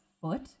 foot